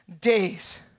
days